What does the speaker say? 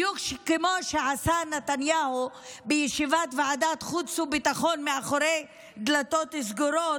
בדיוק כמו שעשה נתניהו בישיבת ועדת חוץ וביטחון מאחורי דלתות סגורות,